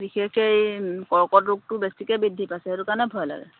বিশেষকৈ এই কৰ্কট ৰোগটো বেছিকৈ বৃদ্ধি পাইছে সেইকাৰণে ভয় লাগে